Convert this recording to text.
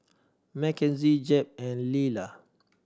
Mckenzie Jeb and Lilah